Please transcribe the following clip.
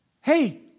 hey